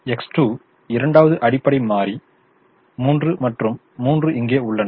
எனவே X2 இரண்டாவது அடிப்படை மாறி 3 மற்றும் 3 இங்கே உள்ளன